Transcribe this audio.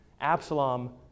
Absalom